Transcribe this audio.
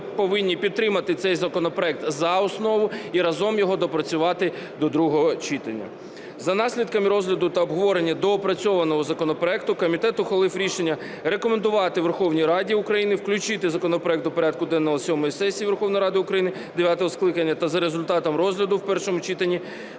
повинні підтримати цей законопроект за основу і разом його доопрацювати до другого читання. За наслідками розгляду та обговорення доопрацьованого законопроекту комітет ухвалив рішення рекомендувати Верховній Раді України включити законопроект до порядку денного сьомої сесії Верховної Ради України дев'ятого скликання та за результатами розгляду в першому читанні